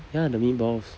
ya the meatballs